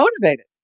motivated